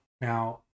Now